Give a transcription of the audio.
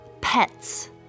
pets